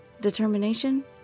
Determination